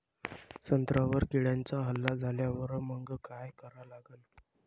संत्र्यावर किड्यांचा हल्ला झाल्यावर मंग काय करा लागन?